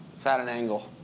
it's at an angle.